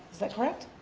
is that correct?